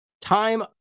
time